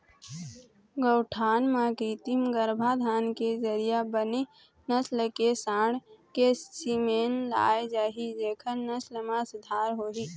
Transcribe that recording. गौठान म कृत्रिम गरभाधान के जरिया बने नसल के सांड़ के सीमेन लाय जाही जेखर नसल म सुधार होही